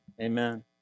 Amen